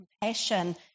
compassion